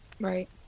Right